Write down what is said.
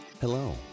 Hello